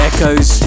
Echoes